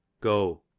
Go